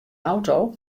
auto